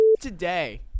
today